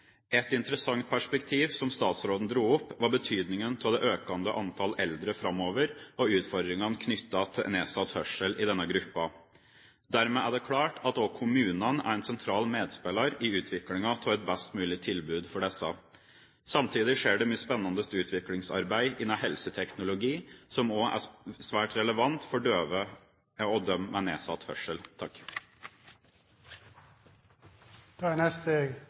Et interessant perspektiv som statsråden dro opp, var betydningen av det økende antall eldre framover og utfordringene knyttet til nedsatt hørsel i denne gruppen. Dermed er det klart at også kommunene er en sentral medspiller i utviklingen av et best mulig tilbud for disse. Samtidig skjer det mye spennende utviklingsarbeid innen helseteknologi som også er svært relevant for døve og dem med nedsatt